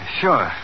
sure